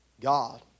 God